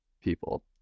people